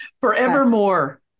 forevermore